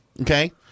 okay